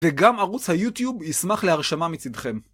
וגם ערוץ היוטיוב ישמח להרשמה מצדכם.